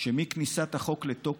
שמכניסת החוק לתוקף,